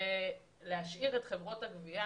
להשאיר את חברות הגבייה,